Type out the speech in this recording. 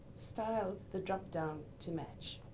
styled the dropdown to match.